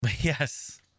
Yes